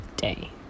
day